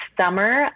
summer